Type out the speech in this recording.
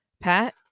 Pat